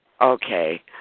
Okay